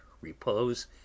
repose